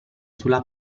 sulla